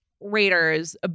Raiders